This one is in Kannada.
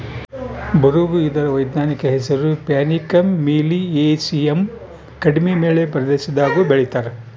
ಬರುಗು ಇದರ ವೈಜ್ಞಾನಿಕ ಹೆಸರು ಪ್ಯಾನಿಕಮ್ ಮಿಲಿಯೇಸಿಯಮ್ ಕಡಿಮೆ ಮಳೆ ಪ್ರದೇಶದಾಗೂ ಬೆಳೀತಾರ